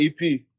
EP